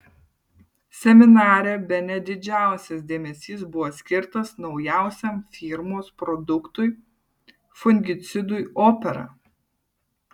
seminare bene didžiausias dėmesys buvo skirtas naujausiam firmos produktui fungicidui opera